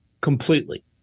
Completely